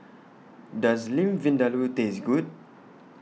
Does Lamb Vindaloo Taste Good